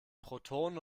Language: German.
protonen